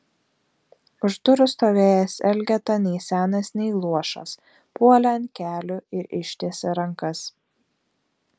už durų stovėjęs elgeta nei senas nei luošas puolė ant kelių ir ištiesė rankas